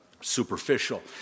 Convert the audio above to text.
superficial